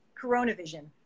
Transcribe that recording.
coronavision